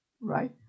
right